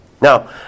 Now